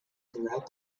throughout